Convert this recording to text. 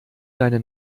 deine